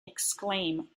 exclaim